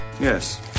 Yes